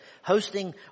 hosting